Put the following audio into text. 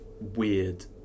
weird